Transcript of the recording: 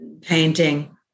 painting